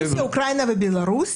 אוקראינה ובלרוס,